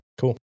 Cool